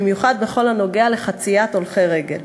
במיוחד בכל הנוגע לחציית הולכי רגל.